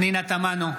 פנינה תמנו,